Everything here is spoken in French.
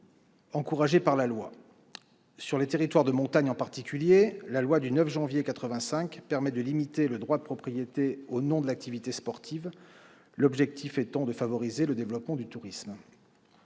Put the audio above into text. nos territoires. Sur les territoires de montagne en particulier, la loi du 9 janvier 1985 permet de limiter le droit de propriété au nom de l'activité sportive, l'objectif étant de favoriser le développement du tourisme.